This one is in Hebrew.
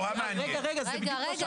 אז למה הגירעון?